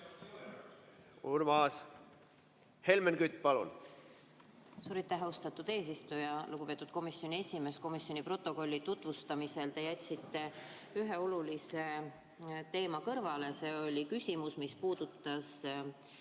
Urmas! Helmen Kütt, palun!